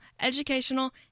educational